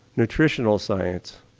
nutritional science,